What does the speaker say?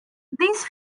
these